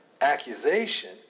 accusation